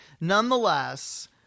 Nonetheless